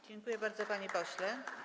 Dziękuję bardzo, panie pośle.